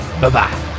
Bye-bye